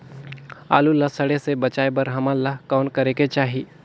आलू ला सड़े से बचाये बर हमन ला कौन करेके चाही?